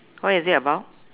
what is it about